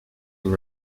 were